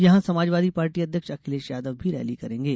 यहां समाजवादी पार्टी अध्यक्ष अखिलेश यादव भी रैली करेंगे